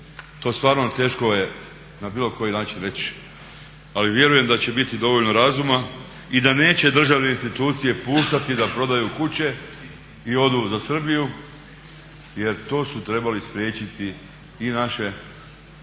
To stvarno teško je na bilo koji način reći, ali vjerujem da će biti dovoljno razuma i da neće državne institucije puštati da prodaju kuće i odu za Srbiju jer to su trebali spriječiti i naše